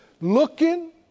Looking